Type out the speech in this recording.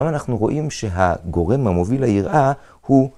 ואנחנו רואים שהגורם המוביל ליראה הוא .